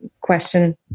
question